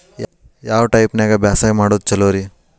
ಯಾವ ಟೈಪ್ ನ್ಯಾಗ ಬ್ಯಾಸಾಯಾ ಮಾಡೊದ್ ಛಲೋರಿ?